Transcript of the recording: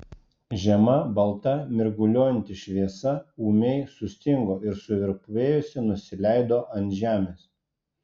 žema balta mirguliuojanti šviesa ūmiai sustingo ir suvirpėjusi nusileido ant žemės